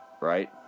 right